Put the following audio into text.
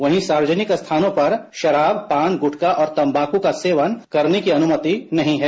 वहीं सार्वजनिक स्थानों पर शराब पान गुटका और तंबाक का सेवन करने की अनुमति नहीं है